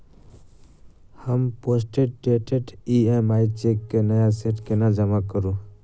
हम postdated EMI cheque केँ नया सेट केना जमा करू?